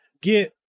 get